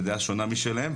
דעה שונה משלהם,